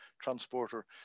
transporter